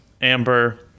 Amber